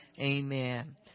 amen